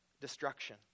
destruction